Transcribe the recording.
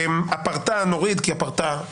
את המילה "הפרטה" נוריד,